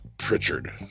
Pritchard